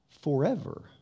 forever